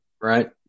right